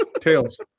Tails